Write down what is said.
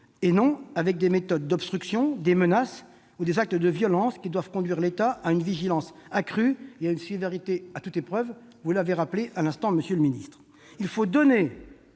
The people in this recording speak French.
et non avec des méthodes d'obstruction, des menaces ou des actes de violence qui doivent conduire l'État à une vigilance accrue et à une sévérité à toute épreuve, vous l'avez rappelé, monsieur le secrétaire